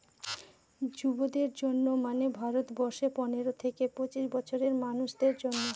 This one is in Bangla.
যুবদের জন্য মানে ভারত বর্ষে পনেরো থেকে পঁচিশ বছরের মানুষদের জন্য